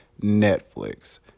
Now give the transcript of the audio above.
Netflix